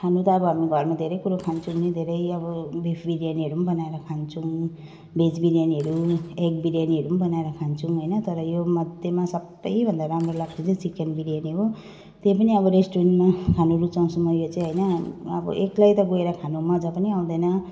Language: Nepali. खानु त अब हामी घरमा धेरै कुरो खान्छौँ नि धेरै अब बिफ बिरयानीहरू नि बनाएर खान्छौँ भेज बिरयानीहरू एग बिरयानीहरू नि बनाएर खान्छौँ हैन तर योमध्येमा सबैभन्दा राम्रो लाग्ने चाहिँ चिकन बिरयानी हो त्यही पनि अब रेस्टुरेन्टमा खानु रुचाउँछु म यो चाहिँ हैन अब एक्लै त गएर खानु मजा पनि आउँदैन